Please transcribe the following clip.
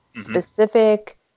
specific